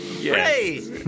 Yes